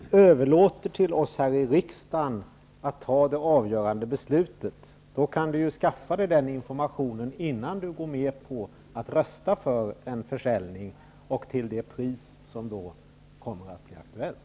Herr talman! Men om ni överlåter till oss här i riksdagen att fatta det avgörande beslutet, då kan Bengt Dalström skaffa den informationen innan han går med på att rösta för en försäljning till det pris som då kommer att bli aktuellt.